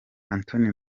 anthony